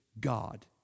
God